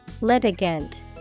Litigant